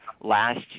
last –